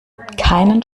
keinen